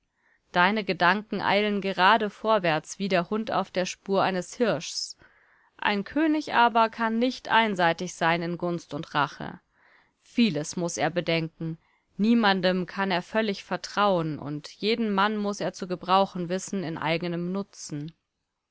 deine gedanken eilen gerade vorwärts wie der hund auf der spur eines hirsches ein könig aber kann nicht einseitig sein in gunst und rache vieles muß er bedenken niemandem kann er völlig vertrauen und jeden mann muß er zu gebrauchen wissen in eigenem nutzen